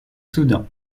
soudan